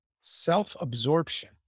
self-absorption